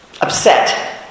upset